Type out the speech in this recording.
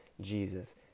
Jesus